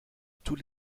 tous